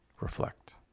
reflect